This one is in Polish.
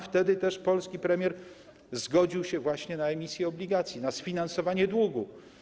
Wtedy też polski premier zgodził się na emisję obligacji, na sfinansowanie długu.